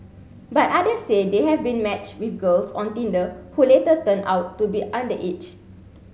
but others say they have been matched with girls on Tinder who later turned out to be underage